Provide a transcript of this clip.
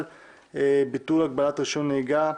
(תיקון - ביטול הגבלת רישיון נהיגה),